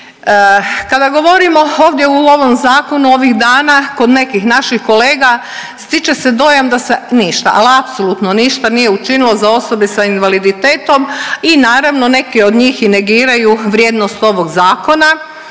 Kada govorimo ovdje u ovom zakonu ovih dana kod nekih naših kolega stiče se dojam da se ništa, al apsolutno ništa nije učinilo za osobe sa invaliditetom i naravno neki od njih i negiraju vrijednost ovog zakona,